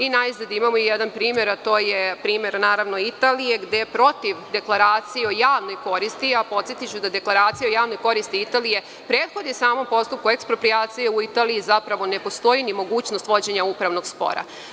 I najzad imamo i jedan primer, a to je primer, naravno, Italije, gde protiv deklaracije o javnoj koristi, a podsetiću da dekleracija o javnoj koristi Italije prethodi samom postupku eksproprijacije u Italiji, zapravo ne postoji i ni mogućnost vođenja upravnog spora.